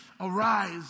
arise